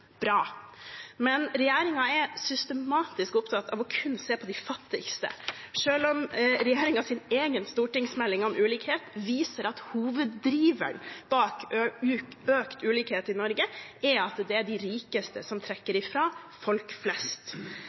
Bra! Men regjeringen er systematisk opptatt av kun å se på de fattigste. Selv om regjeringens egen stortingsmelding om ulikhet viser at hoveddriveren bak økt ulikhet i Norge er at det er de rikeste som trekker ifra folk flest,